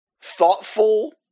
thoughtful